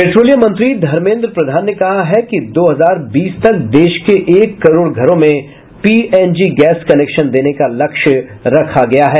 petroleum मंत्री धर्मेन्द्र प्रधान ने कहा है कि दो हजार बीस तक देश के एक करोड़ घरों में पीएनजी गैस कनेक्शन देने का लक्ष्य रखा गया है